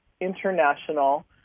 international